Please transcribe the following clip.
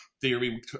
theory